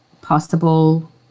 possible